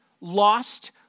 lost